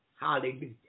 Hallelujah